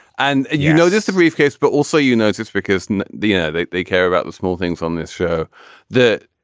and you know just the briefcase but also you notice because and the air that they care about the small things on this show that